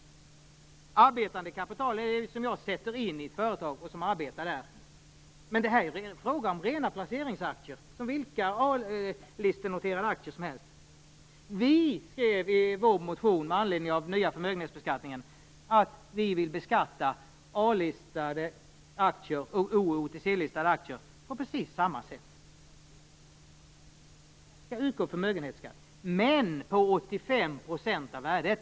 Arbetande kapital är ju det kapital som man sätter in i ett företag och som arbetar där. Men detta är ju fråga om rena placeringsaktier som vilka A-listenoterade aktier som helst. Vi skrev i vår motion med anledning av den nya förmögenhetsbeskattningen att vi vill beskatta A-, O och OTC-listade aktier på precis samma sätt. Det skall utgå förmögenhetsskatt, men på 85 % av värdet.